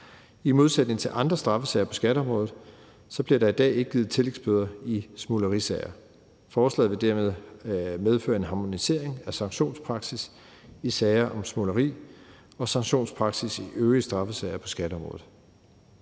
I modsætning til andre straffesager på skatteområdet bliver der i dag ikke givet tillægsbøder i smuglerisager. Forslaget vil dermed medføre en harmonisering af sanktionspraksis i sager om smugleri og sanktionspraksis i øvrige straffesager på skatteområdet.